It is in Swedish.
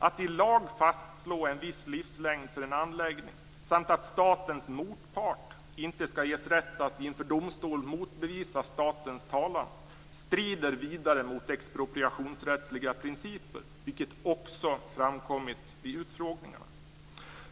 Att i lag fastslå en viss livslängd för en anläggning samt att statens motpart inte skall ges rätt att inför domstol motbevisa statens talan strider vidare mot expropriationsrättsliga principer, vilket också framkommit vid utfrågningarna.